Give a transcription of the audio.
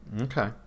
Okay